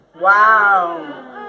Wow